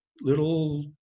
little